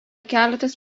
keletas